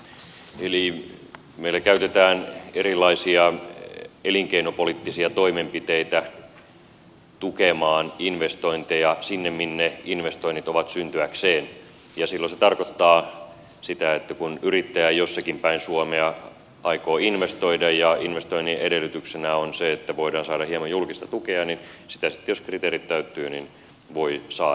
eli meillä käytetään erilaisia elinkeinopoliittisia toimenpiteitä tukemaan investointeja siellä missä investoinnit ovat syntyäkseen ja silloin se tarkoittaa sitä että kun yrittäjä jossakin päin suomea aikoo investoida ja investoinnin edellytyksenä on se että voidaan saada hieman julkista tukea niin sitä sitten jos kriteerit täyttyvät voi saada